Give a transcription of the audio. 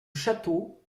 château